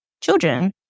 children